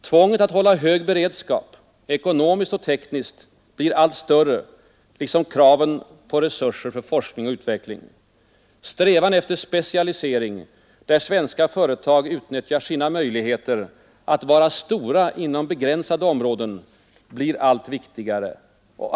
Tvånget att hålla hög beredskap ekonomiskt och tekniskt blir allt större, liksom kraven på resurser för forskning och utveckling. Strävan efter specialisering, där svenska företag utnyttjar sina möjligheter att vara stora inom begränsade områden, blir allt viktigare.